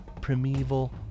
primeval